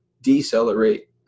decelerate